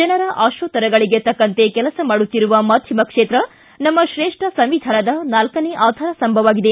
ಜನರ ಆಶೋತ್ತರಗಳಿಗೆ ತಕ್ಕಂತೆ ಕೆಲಸ ಮಾಡುತ್ತಿರುವ ಮಾಧ್ಯಮ ಕ್ಷೇತ್ರ ನಮ್ಮ ಶ್ರೇಷ್ಠ ಸಂವಿಧಾನದ ನಾಲ್ಕನೇ ಆಧಾರ ಸ್ತಂಭವಾಗಿದೆ